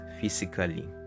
physically